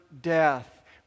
death